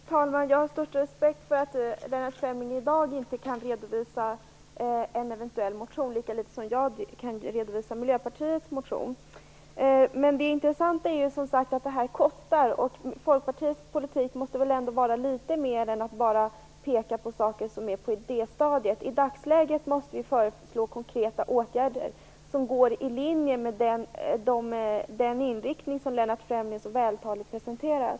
Fru talman! Jag har den största respekt för att Lennart Fremling i dag inte kan redovisa en eventuell motion, lika litet som jag kan redovisa Miljöpartiets motion. Det intressanta är ju som sagt att det här kostar. Folkpartiets politik måste väl ändå vara litet mer än att bara peka på saker som befinner sig på idéstadiet. I dagsläget måste vi föreslå konkreta åtgärder som går i linje med den inriktning som Lennart Fremling så vältaligt presenterat.